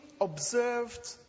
observed